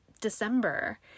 December